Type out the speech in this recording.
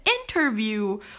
interview